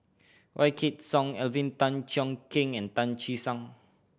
Wykidd Song Alvin Tan Cheong Kheng and Tan Che Sang